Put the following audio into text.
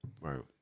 Right